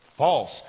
False